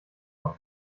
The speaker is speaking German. auch